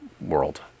world